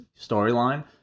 storyline